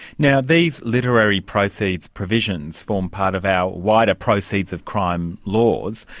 now these literary proceeds provisions form part of our wider proceeds of crime laws,